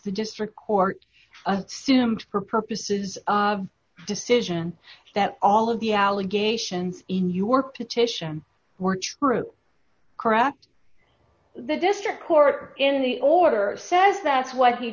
the district court sumed for purposes of decision that all of the allegations in your petition were true correct the district court in the order says that's what he